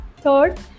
Third